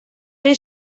ere